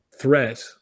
threat